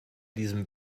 diesem